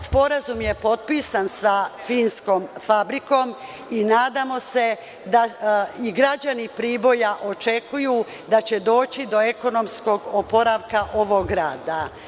Sporazum je potpisan sa finskom fabrikom i građani Priboja očekuju da će doći do ekonomskog oporavka ovog grada.